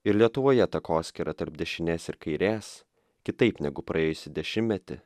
ir lietuvoje takoskyra tarp dešinės ir kairės kitaip negu praėjusį dešimmetį